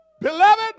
beloved